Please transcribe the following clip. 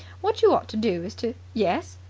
what you ought to do is to yes?